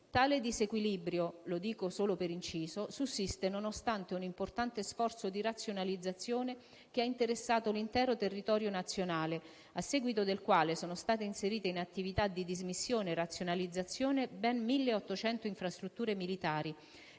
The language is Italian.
Tale disequilibrio - lo dico solo per inciso - sussiste nonostante un importante sforzo di razionalizzazione che ha interessato l'intero territorio nazionale, a seguito del quale sono state inserite in attività di dismissione e razionalizzazione ben 1.800 infrastrutture militari,